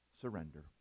Surrender